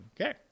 Okay